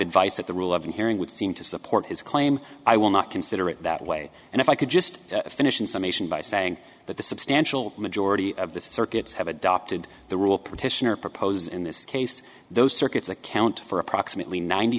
advice at the rule of hearing would seem to support his claim i will not consider it that way and if i could just finish in summation by saying that the substantial majority of the circuits have adopted the rule partition or propose in this case those circuits account for approximately ninety